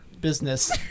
business